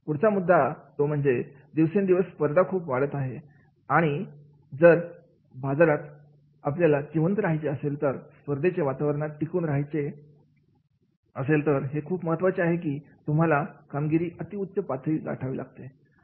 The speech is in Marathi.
पुढचा मुद्दा तो म्हणजे दिवसेंदिवस स्पर्धा खूप वाढत आहे आहे आणि जर बाजारात आपल्याला जिवंत राहायचे असेल तर या स्पर्धेच्या वातावरणात टिकून राहायचे असेल तर हे खूप महत्त्वाचे आहे की तुम्हाला कामगिरीची अति उच्च पातळी गाठावी लागते